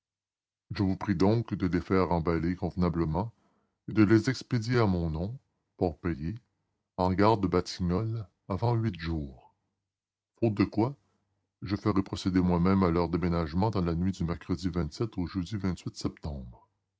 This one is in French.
je vous prie donc de les faire emballer convenablement et de les expédier à mon nom port payé en gare des batignolles avant huit jours faute de quoi je ferai procéder moi-même à leur déménagement dans la nuit du mercredi au jeudi septembre